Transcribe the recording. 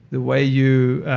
the way you